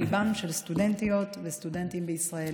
לליבם של סטודנטיות וסטודנטים בישראל.